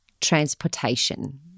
transportation